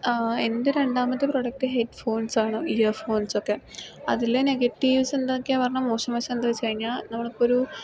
ആ എൻ്റെ രണ്ടാമത്തെ പ്രൊഡക്ട് ഹെഡ് ഫോൺസ് ആണ് ഇയർ ഫോൺസ് ഒക്കെ അതിൽ നെഗറ്റീവ്സ് എന്തൊക്കെയാണെന്ന് പറഞ്ഞാൽ മോശമായതെന്താച്ചുകഴിഞ്ഞാൽ നമ്മൾ ഇപ്പോൾ ഒരു